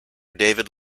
david